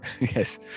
yes